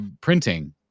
printing